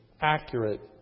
accurate